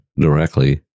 directly